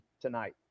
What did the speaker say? tonight